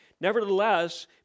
Nevertheless